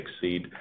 exceed